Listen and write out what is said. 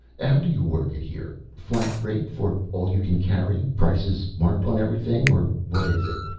how do you work it here? flat rate for all you can carry, prices marked on everything, or what is it?